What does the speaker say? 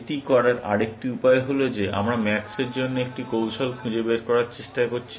এটি করার আরেকটি উপায় হল যে আমরা ম্যাক্সের জন্য একটি কৌশল খুঁজে বের করার চেষ্টা করছি